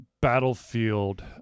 Battlefield